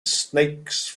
snakes